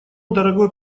дорогой